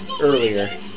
earlier